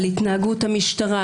על התנהגות המשטרה,